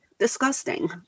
disgusting